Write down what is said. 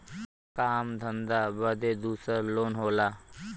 काम धंधा बदे दूसर लोन होला